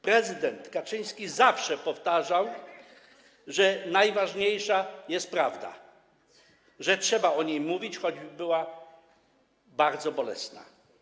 Prezydent Kaczyński zawsze powtarzał, że najważniejsza jest prawda, że trzeba o niej mówić, choćby była bardzo bolesna.